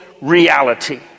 reality